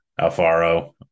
Alfaro